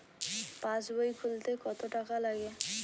পাশবই খুলতে কতো টাকা লাগে?